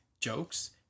jokes